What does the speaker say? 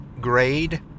grade